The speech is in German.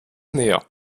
näher